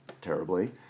terribly